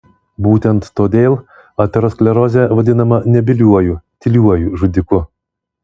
būtent todėl aterosklerozė vadinama nebyliuoju tyliuoju žudiku